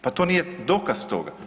Pa to nije dokaz toga.